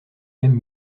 même